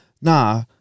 Nah